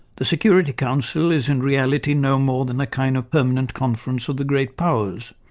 the security council is in reality no more than a kind of permanent conference of the great powers,